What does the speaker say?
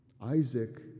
Isaac